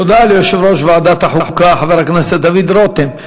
תודה ליושב-ראש ועדת החוקה חבר הכנסת דוד רותם.